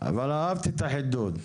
אבל אהבתי את החידוד.